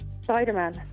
Spider-Man